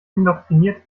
indoktriniert